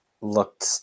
looked